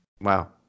Wow